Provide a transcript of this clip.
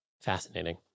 Fascinating